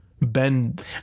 bend